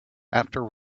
after